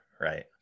right